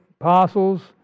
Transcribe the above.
apostles